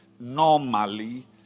normally